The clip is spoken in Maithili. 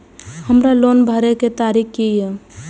हमर लोन भरए के तारीख की ये?